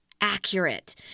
accurate